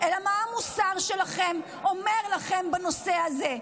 אלא מה המוסר שלכם אומר לכם בנושא הזה.